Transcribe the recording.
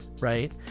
right